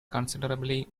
considerably